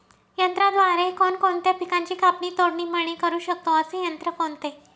यंत्राद्वारे कोणकोणत्या पिकांची कापणी, तोडणी, मळणी करु शकतो, असे यंत्र कोणते?